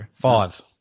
Five